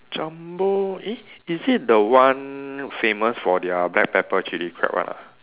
Jumbo eh is it the one famous for their black pepper chili crab one ah